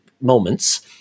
moments